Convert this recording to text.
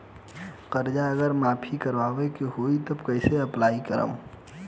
कर्जा अगर माफी करवावे के होई तब कैसे अप्लाई करम?